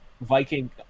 Viking